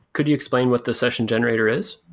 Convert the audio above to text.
could you explain what the session generator is?